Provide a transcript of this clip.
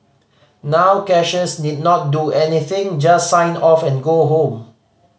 now cashiers need not do anything just sign off and go home